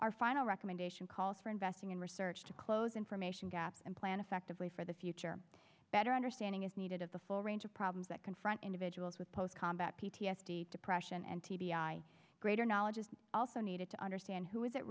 our final recommendation calls for investing in research to close information gap and plan effectively for the future better understanding is needed of the full range of problems that confront individuals with post combat p t s d depression and t b i greater knowledge is also needed to understand who is at